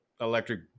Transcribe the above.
electric